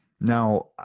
Now